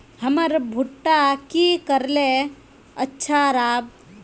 हमर भुट्टा की करले अच्छा राब?